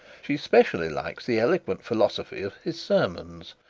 she specially likes the eloquent philosophy of his sermons,